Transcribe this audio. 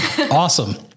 Awesome